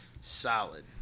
Solid